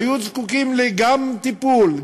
היו זקוקים גם לטיפול,